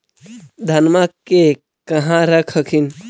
धनमा के कहा रख हखिन?